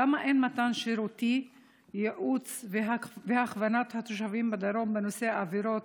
למה אין מתן שירותי ייעוץ והכוונה לתושבים בדרום בנושא עבירות